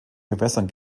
gewässern